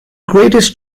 greatest